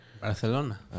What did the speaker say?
Barcelona